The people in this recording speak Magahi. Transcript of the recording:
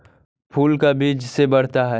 फूल का चीज से बढ़ता है?